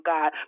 God